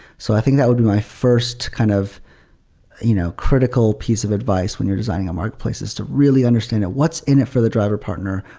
so i think that would be my first kind of you know critical piece of advice when you're designing a marketplace is to really understand what's in it for the driver partner?